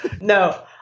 No